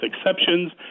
exceptions